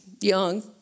young